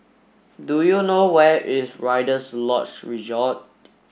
do you know where is Rider's Lodge Resort